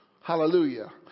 Hallelujah